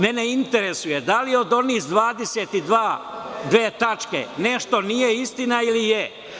Mene interesuje da li od one 22 tačke nešto nije istina ili jeste?